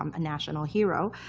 um a national hero.